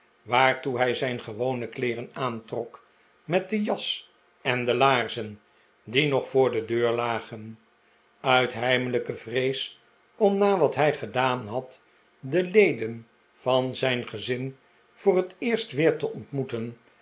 waartoe hij zijn gewone kleeren aantrok met de jas en de laarzen die nog voor de deur lagen uit heimelijke vrees om na wat hij gedaan had de leden van zijn gezin voor het eerst weer te ontmoeten